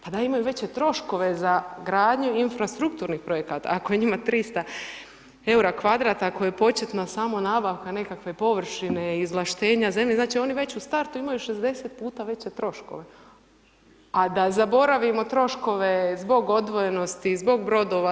Pa da jer imaju veće troškove za gradnju infrastrukturnih projekata, ako je njima 300 eura kvadrat, ako je početna sama nabavka nekakve površine, izvlaštenja zemlje, znači oni već u startu imaju 60 puta veće troškove a da zaboravimo troškove zbog odvojenosti, zbog brodova.